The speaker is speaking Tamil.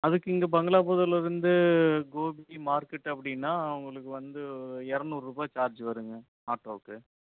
அதுக்கு இங்கே பங்களாபுதூரில் இருந்து கோபி மார்கெட்டு அப்படினா உங்களுக்கு வந்து இரநூறு ரூபா சார்ஜ் வருங்க ஆட்டோவுக்கு